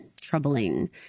troubling